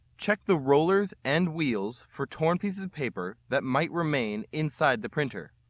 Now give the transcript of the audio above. check the rollers and wheels for torn pieces of paper that might remain inside the printer.